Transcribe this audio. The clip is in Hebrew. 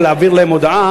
להעביר להם הודעה